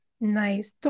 Nice